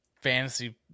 fantasy